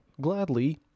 gladly